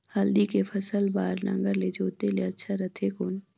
हल्दी के फसल बार नागर ले जोते ले अच्छा रथे कौन?